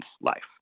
life